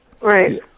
Right